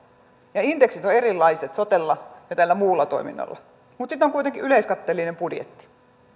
ja indeksit ovat erilaiset sotella ja tällä muulla toiminnalla mutta kun sitten on kuitenkin yleiskatteellinen budjetti